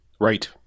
Right